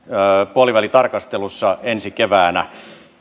puolivälitarkastelussa ensi keväänä